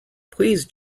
please